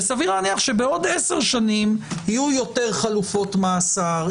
וסביר להניח שבעוד עשר שנים יהיו יותר חלופות מאסר,